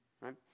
Right